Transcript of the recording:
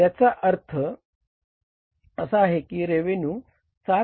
तर याचा अर्थ असा आहे की रेव्हेन्यू 7